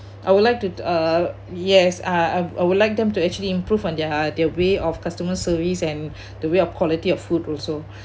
I would like to uh yes uh I would like them to actually improve on their their way of customer service and the way of quality of food also